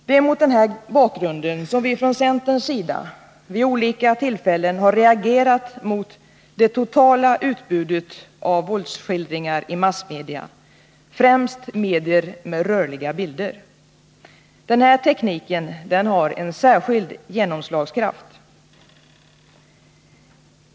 Det är mot denna bakgrund som vi från centerns sida vid olika tillfällen har reagerat mot det totala utbudet av våldsskildringar i massmedia, främst medier med rörliga bilder. Denna teknik har en särskild genomslagskraft.